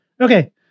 Okay